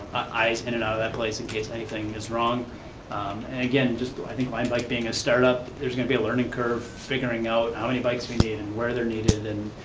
eyes in and out of that place in case anything is wrong. and again, just, i think limebike being a startup, there's gonna be a learning curve figuring out how many bikes we need, and where they're needed and,